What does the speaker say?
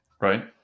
right